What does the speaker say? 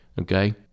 Okay